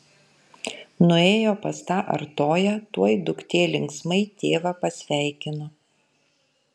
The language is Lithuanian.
nuėjo pas tą artoją tuoj duktė linksmai tėvą pasveikino